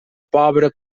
pobre